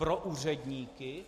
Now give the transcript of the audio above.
Pro úředníky?